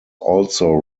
also